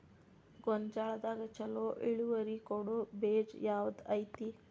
ಗೊಂಜಾಳದಾಗ ಛಲೋ ಇಳುವರಿ ಕೊಡೊ ಬೇಜ ಯಾವ್ದ್ ಐತಿ?